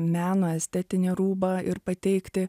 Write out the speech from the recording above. meno estetinį rūbą ir pateikti